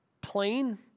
plain